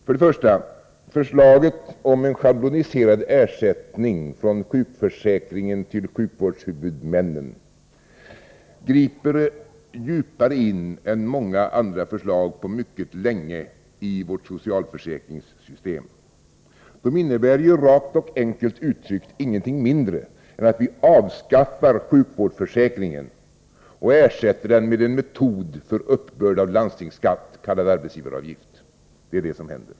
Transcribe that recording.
För det första: Förslaget om en schabloniserad ersättning från sjukförsäkringen till sjukvårdshuvudmännen griper djupare in än många förslag som på mycket länge framlagts när det gäller vårt socialförsäkringssystem. De innebär rakt och enkelt uttryckt ingenting mindre än att vi avskaffar sjukvårdsförsäkringen och ersätter den med en metod för uppbörd av landstingsskatt, kallad arbetsgivaravgift. Det är vad som händer.